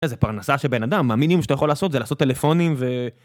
זה פרנסה של בן אדם. המינימום שאתה יכול לעשות זה לעשות טלפונים ו...